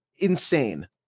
Insane